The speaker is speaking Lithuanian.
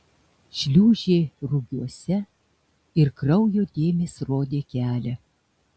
šliūžė rugiuose ir kraujo dėmės rodė kelią